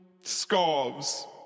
scarves